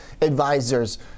Advisors